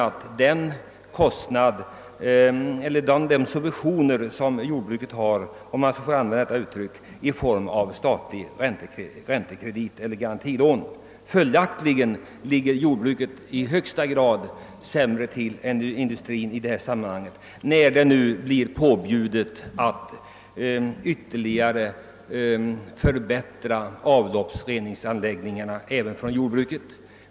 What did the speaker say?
I beloppet har då inräknats den s.k. räntesubvention — om jag får använda det uttrycket — som jordbruket har i form av statligt garantilån. Följaktligen ligger jordbruket mycket sämre till än industrin, när man nu påbjuder att avloppsreningsanläggningarna även för jordbruket skall!